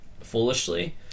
Foolishly